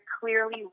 clearly